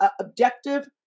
objective